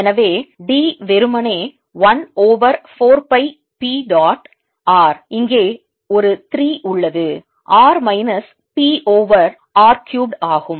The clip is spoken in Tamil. எனவே D வெறுமனே 1 over 4 by P dot r இங்கே ஒரு 3 உள்ளது R minus P over r cubed ஆகும்